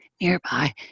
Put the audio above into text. nearby